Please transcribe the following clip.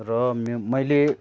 र मे मैले